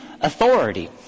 authority